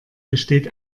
besteht